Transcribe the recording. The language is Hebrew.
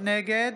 נגד